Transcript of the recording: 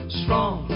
strong